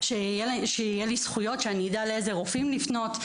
שיהיו לי זכויות, שאני אדע לאיזה רופאים לפנות.